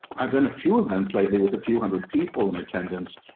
i've done a few events lately with a few hundred people in attendance,